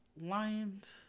lions